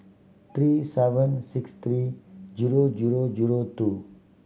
three seven six three zero zero zero two